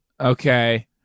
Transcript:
Okay